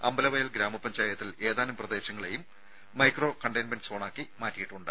അമ്പലവയൽ ഗ്രാമപഞ്ചായത്തിൽ ഏതാനും പ്രദേശങ്ങളെയും മൈക്രോ കണ്ടെയ്ൻമെന്റ് സോണാക്കിയിട്ടുണ്ട്